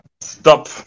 stop